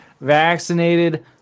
vaccinated